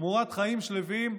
תמורת חיים שלווים,